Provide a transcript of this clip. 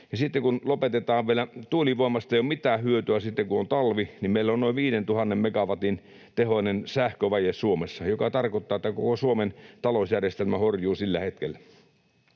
kun on kova pakkanen. Kun tuulivoimasta ei ole mitään hyötyä sitten, kun on talvi, niin meillä on noin 5 000 megawatin tehoinen sähkövaje Suomessa, mikä tarkoittaa, että koko Suomen talousjärjestelmä horjuu sillä hetkellä.